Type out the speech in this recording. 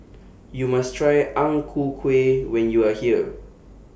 YOU must Try Ang Ku Kueh when YOU Are here